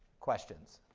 questions?